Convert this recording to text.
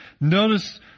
Notice